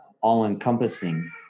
all-encompassing